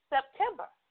September